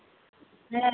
हँ